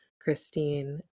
Christine